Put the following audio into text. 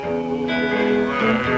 over